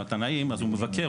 אז הוא מבקר,